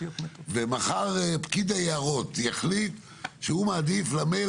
ומחר פקיד היערות יחליט שהוא מעדיף למייל